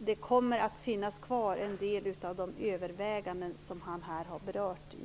i det fortsatta utredningsarbetet kommer att finnas kvar en del av de överväganden som han har berört.